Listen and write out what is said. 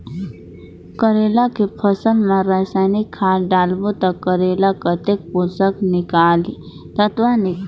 करेला के फसल मा रसायनिक खाद डालबो ता करेला कतेक पोषक तत्व मिलही?